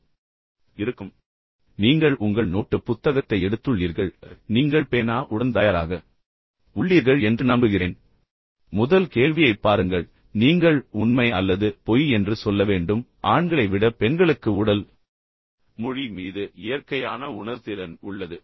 நீங்கள் ஒரு துண்டு காகிதம் அல்லது உங்கள் நோட்டுப் புத்தகத்தை எடுத்துள்ளீர்கள் நீங்கள் பேனா அல்லது பென்சிலுடன் தயாராக உள்ளீர்கள் என்று நம்புகிறேன் முதல் கேள்வியைப் பாருங்கள் நீங்கள் உண்மை அல்லது பொய் என்று சொல்ல வேண்டும் ஆண்களை விட பெண்களுக்கு உடல் மொழி மீது இயற்கையான உணர்திறன் உள்ளது